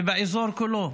ובאזור כולו,